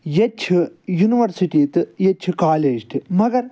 ییٚتہِ چھِ یونیورسٹی تہٕ ییٚتہِ چھِ کالیج تہِ مگر